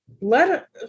let